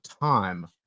time